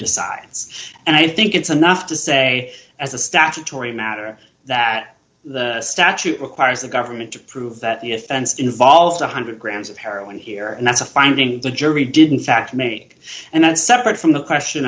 decides and i think it's enough to say as a statutory matter that the statute requires the government to prove that the offense involves one hundred grams of heroin here and that's a finding the jury didn't fact make and that's separate from the question